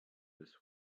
this